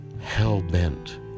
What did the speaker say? hell-bent